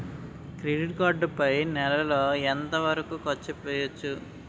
Credit card పై నెల లో ఎంత వరకూ ఖర్చు చేయవచ్చు?